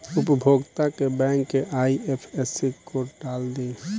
उपभोगता के बैंक के आइ.एफ.एस.सी कोड डाल दी